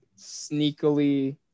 sneakily